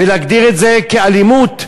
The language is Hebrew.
ולהגדיר את זה כאלימות,